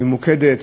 ממוקדת,